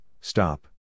stop